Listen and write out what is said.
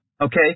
Okay